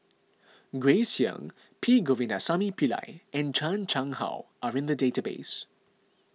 Grace Young P Govindasamy Pillai and Chan Chang How are in the database